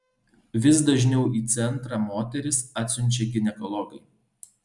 vis dažniau į centrą moteris atsiunčia ginekologai